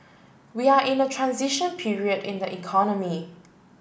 we are in a transition period in the economy